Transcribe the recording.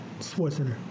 SportsCenter